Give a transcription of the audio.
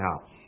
house